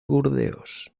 burdeos